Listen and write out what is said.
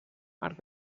arc